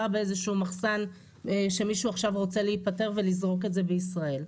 באיזה שהוא מחסן שמישהו עכשיו רוצה להפטר ולזרוק את זה בישראל.